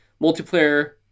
Multiplayer